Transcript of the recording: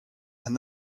and